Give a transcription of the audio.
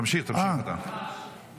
תמשיך, תמשיך אתה.